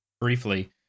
briefly